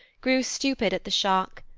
grew stupid at the shock.